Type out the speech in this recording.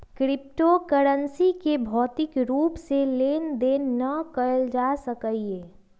crypto currency के भौतिक रूप से लेन देन न कएल जा सकइय